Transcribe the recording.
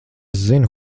zinu